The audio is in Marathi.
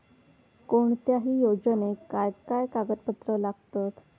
कोणत्याही योजनेक काय काय कागदपत्र लागतत?